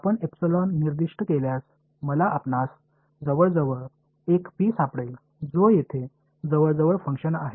आपण एपिसलन निर्दिष्ट केल्यास मला आपणास जवळजवळ एक पी सापडेल जो येथे जवळजवळ फंक्शन आहे